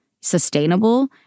sustainable